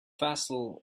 vessel